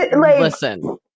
listen